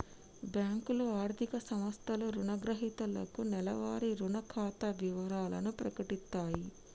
బ్యేంకులు, ఆర్థిక సంస్థలు రుణగ్రహీతలకు నెలవారీ రుణ ఖాతా వివరాలను ప్రకటిత్తయి